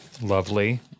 lovely